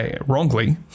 wrongly